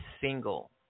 single